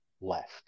left